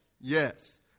Yes